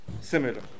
similar